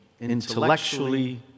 intellectually